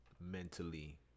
mentally